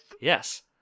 Yes